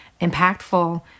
impactful